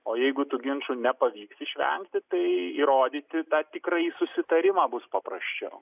o jeigu tų ginčų nepavyks išvengti tai įrodyti tą tikrąjį susitarimą bus paprasčiau